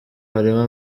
harimo